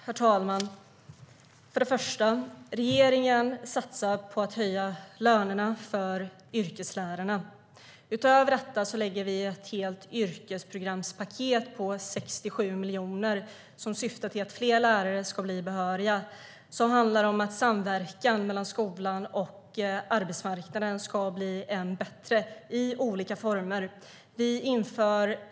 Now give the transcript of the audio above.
Herr talman! Regeringen satsar på att höja lönerna för yrkeslärarna. Utöver det lägger vi fram ett helt yrkesprogramspaket på 67 miljoner, som syftar till att fler lärare ska bli behöriga. Det handlar också om att samverkan mellan skolan och arbetsmarknaden ska bli ännu bättre, i olika former.